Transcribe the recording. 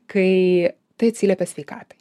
kai tai atsiliepia sveikatai